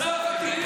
על מה אתה מדבר?